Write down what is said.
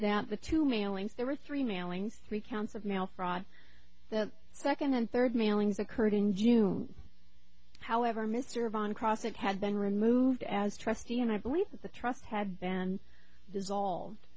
that the two mailings there were three mailings three counts of mail fraud the second and third mailings occurred in june however mr von cross that had been removed as trustee and i believe that the trust had been dissolved